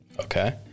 Okay